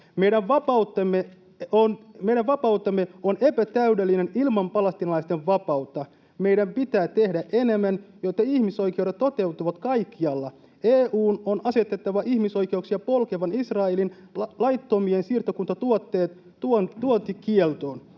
Meidän vapautemme on epätäydellinen ilman palestiinalaisten vapautta. Meidän pitää tehdä enemmän, jotta ihmisoikeudet toteutuvat kaikkialla. EU:n on asetettava ihmisoikeuksia polkevan Israelin laittomien siirtokuntien